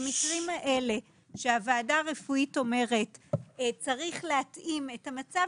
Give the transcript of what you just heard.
במקרים האלה שהוועדה הרפואית אומרת שצריך להתאים את המצב